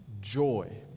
joy